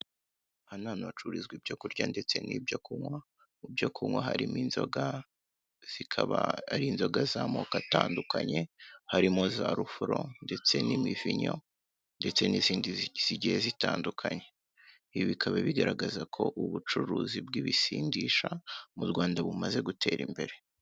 Aha ni ahantu hacururizwa ibyo kurya ndetse n'ibyo kunywa, mu byo kunywa harimo inzoga, zikaba ari inzoga z'amoko atandukanye, harimo za rufuro, ndetse n'imivinyo, ndetse n'izindi zigiye zitandukanye, ibi bikaba bigaragaza ko ubucuruzi bw'ibisindisha mu Rwanda bumaze gutera imbere.